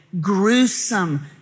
gruesome